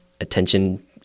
attention